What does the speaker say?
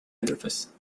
interface